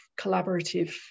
collaborative